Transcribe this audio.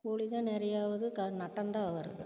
கூலி தான் நிறையா ஆகுது க நட்டம் தான் வருது